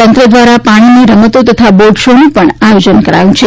તંત્ર દ્વારા પાણીની રમતો તથા બોટ શોનું પણ આયોજન કરાયું છે